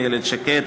איילת שקד,